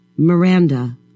Miranda